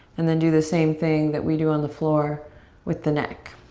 and then do the same thing that we do on the floor with the neck.